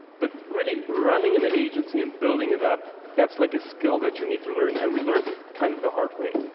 but really running an agency and building it up. that's like a skill that you need to learn and we learned it kind of the hard way.